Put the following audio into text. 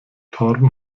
torben